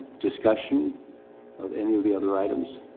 discussion of any of the other items?